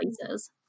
places